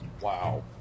Wow